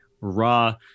raw